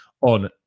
on